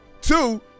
Two